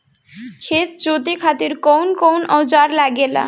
खेत जोते खातीर कउन कउन औजार लागेला?